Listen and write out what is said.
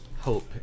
hope